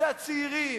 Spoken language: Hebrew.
זה הצעירים,